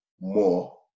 more